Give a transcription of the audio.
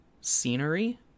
scenery